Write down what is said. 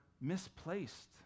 misplaced